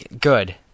Good